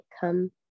come